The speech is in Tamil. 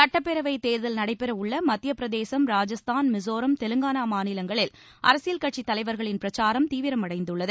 சுட்டப்பேரவைத் தேர்தல் நடைபெற உள்ள மத்தியபிரதேசம் ராஜஸ்தான் மிசோராம் தெலுங்கானா மாநிலங்களில் அரசியல் கட்சித் தலைவர்களின் பிரச்சாரம் தீவிரமடைந்துள்ளது